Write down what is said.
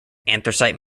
anthracite